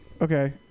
okay